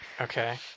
Okay